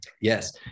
yes